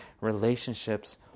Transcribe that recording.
relationships